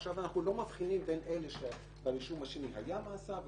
עכשיו אנחנו לא מבחינים בין אלה שברישום השני היה להם מאסר או